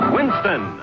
Winston